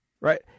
right